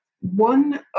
one